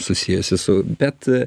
susijusio su bet